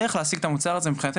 מה היא הדרך להשיג את המוצר הזה?